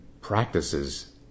practices